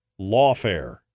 lawfare